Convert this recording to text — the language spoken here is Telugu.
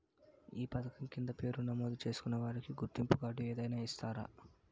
ఈ పథకం కింద పేరు నమోదు చేసుకున్న వారికి గుర్తింపు కార్డు ఏదైనా ఇస్తారా?